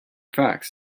facts